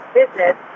business